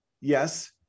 Yes